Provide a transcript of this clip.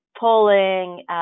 pulling